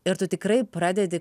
ir tu tikrai pradedi